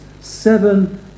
seven